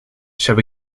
shall